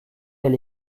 elle